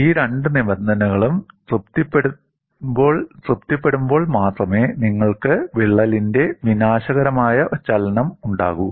ഈ രണ്ട് നിബന്ധനകളും തൃപ്തിപ്പെടുമ്പോൾ മാത്രമേ നിങ്ങൾക്ക് വിള്ളലിന്റെ വിനാശകരമായ ചലനം ഉണ്ടാകൂ